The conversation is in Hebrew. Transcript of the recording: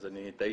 אז אני טעיתי,